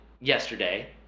yesterday